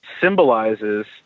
symbolizes